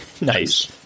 Nice